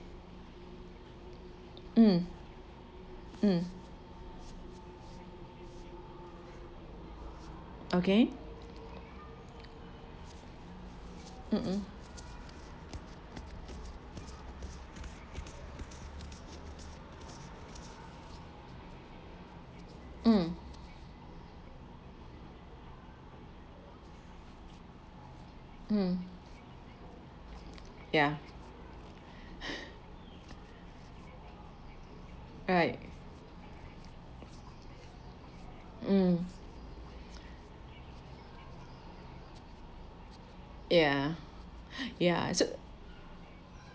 um um okay mm um mm ya right um ya ya so